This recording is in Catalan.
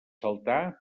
saltar